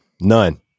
None